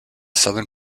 southern